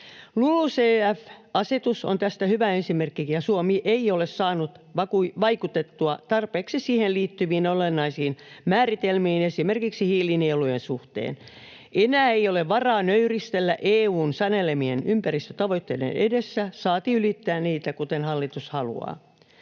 LULUCF-asetus on tästä hyvä esimerkki, ja Suomi ei ole saanut vaikutettua tarpeeksi siihen liittyviin olennaisiin määritelmiin esimerkiksi hiilinielujen suhteen. Enää ei ole varaa nöyristellä EU:n sanelemien ympäristötavoitteiden edessä, saati ylittää niitä, kuten hallitus haluaa.